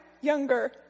Younger